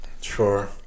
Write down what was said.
sure